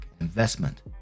investment